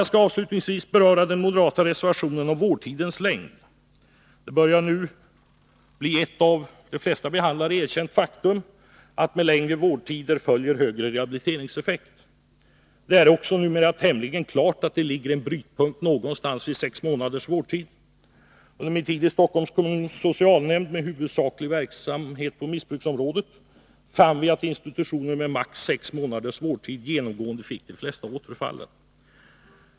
Jag skall avslutningsvis beröra den moderata reservationen om vårdtidens längd. Det börjar nu bli ett av de flesta behandlare erkänt faktum att med längre vårdtider följer högre rehabiliteringseffekt. Det är också numera tämligen klart att det ligger en brytpunkt någonstans vid sex månaders vårdtid. Under min tid i Stockholms kommuns socialnämnd med huvudsaklig verksamhet på missbruksområdet fann vi att institutioner med maximalt sex månaders vårdtid genomgående fick de flesta återfallen.